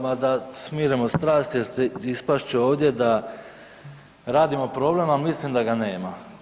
Ma da smirimo strasti jer ispast će ovdje da radimo problem, a mislim da ga nema.